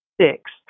six